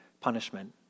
punishment